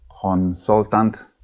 consultant